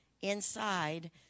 inside